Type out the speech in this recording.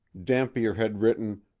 dampier had written,